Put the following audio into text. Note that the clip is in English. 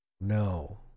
No